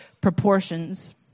proportions